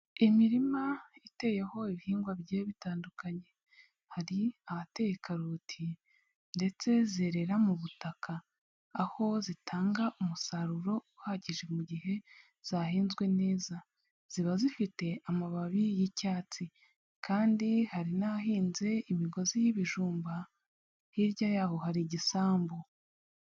Imirima iteyeho ibihingwa bigiye bitandukanye, hari ahateye karoti ndetse zerera mu butaka, aho zitanga umusaruro uhagije mu gihe zahinzwe neza. Ziba zifite amababi y'icyatsi kandi hari n'ahahinze imigozi y'ibijumba hirya yaho hari igisambu.